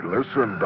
Listen